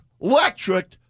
electric